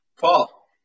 Paul